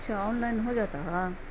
اچھا online ہو جاتا تھا